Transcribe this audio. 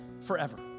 forever